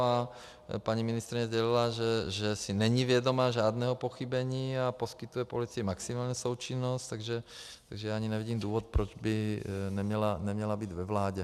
A paní ministryně sdělila, že si není vědoma žádného pochybení, a poskytuje policii maximální součinnost, takže ani nevidím důvod, proč by neměla být ve vládě.